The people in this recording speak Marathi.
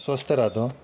स्वस्थ राहतो